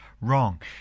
wrong